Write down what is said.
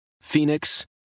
Phoenix